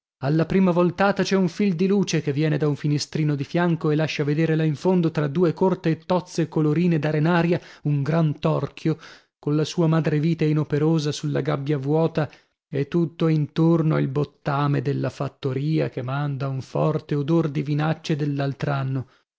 alla prima voltata c'è un fil di luce che viene da un finestrino di fianco e lascia vedere là in fondo tra due corte e tozze colorine d'arenaria un gran torchio colla sua madrevite inoperosa sulla gabbia vuota e tutto intorno il bottame della fattoria che manda un forte odor di vinacce